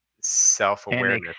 self-awareness